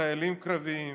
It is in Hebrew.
חיילים קרביים